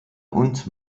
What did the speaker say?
und